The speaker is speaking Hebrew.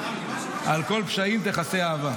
על כל פשעים תכסה האהבה.